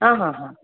आ हा हा